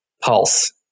pulse